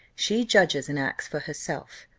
she judges and acts for herself,